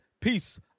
Peace